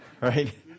right